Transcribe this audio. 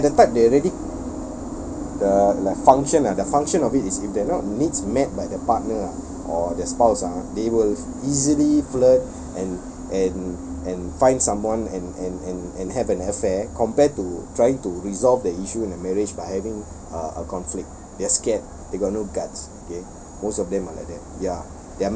they are the type that already the like function ah the function of it is if they not needs met by their partner ah or the spouse ah they will easily flirt and and and find someone and and and and have an affair compared to trying to resolve the issue in the marriage by having uh a conflict they're scared they got no guts okay most of them are like that ya